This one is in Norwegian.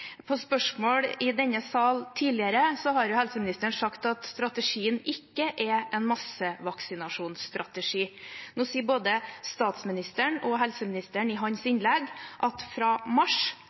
På spørsmål i denne sal tidligere har helseministeren sagt at strategien ikke er en massevaksinasjonsstrategi. Nå sier både statsministeren og helseministeren i sitt innlegg at fra mars